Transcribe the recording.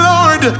Lord